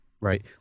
Right